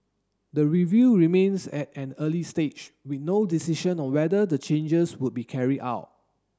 the review remains at an early stage with no decision on whether the changes will be carried out